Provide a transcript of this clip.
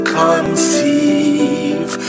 conceive